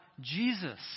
Jesus